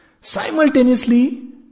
simultaneously